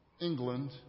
England